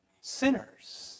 sinners